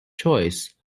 choice